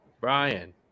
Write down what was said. brian